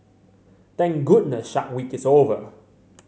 thank goodness Shark Week is over